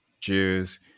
jews